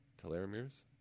telomeres